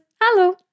Hello